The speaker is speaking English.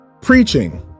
preaching